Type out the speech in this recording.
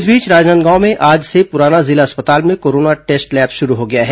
इस बीच राजनांदगांव में आज से पुराना जिला अस्पताल में कोरोना टेस्ट लैब शुरू हो गया है